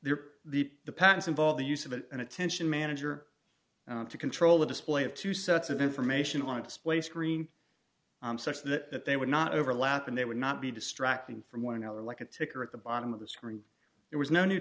are the the patents involve the use of a and attention manager to control the display of two sets of information on a display screen such that they would not overlap and they would not be distracting from one another like a ticker at the bottom of the screen there was no new